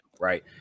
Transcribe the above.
right